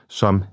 som